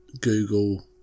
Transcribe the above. Google